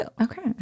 Okay